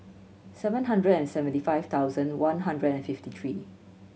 seven hundred and seventy five thousand one hundred and fifty three